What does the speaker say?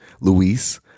Luis